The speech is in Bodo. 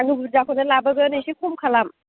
आङो बुरजाखौनो लाबोगोन एसे खम खालाम